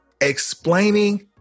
Explaining